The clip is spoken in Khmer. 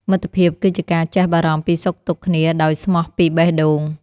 មិត្តភាពគឺជាការចេះបារម្ភពីសុខទុក្ខគ្នាដោយស្មោះពីបេះដូង។